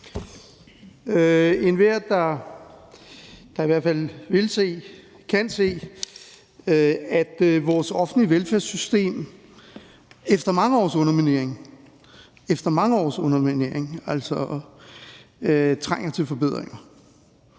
Enhver, der i hvert fald vil se, kan se, at vores offentlige velfærdssystem efter mange års underminering – efter mange